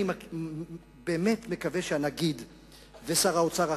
אני באמת מקווה שהנגיד ושר האוצר החדש,